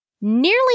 nearly